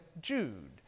Jude